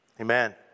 amen